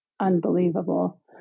unbelievable